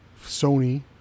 Sony